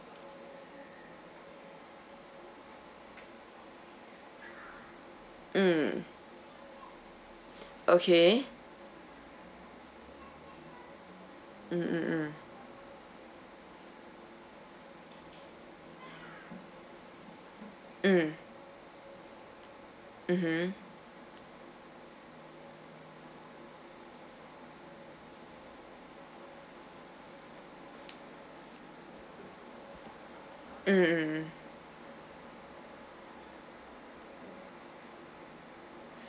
mm okay mm mm mm mm mmhmm mm mm mm